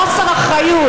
חוסר אחריות.